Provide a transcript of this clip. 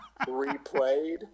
replayed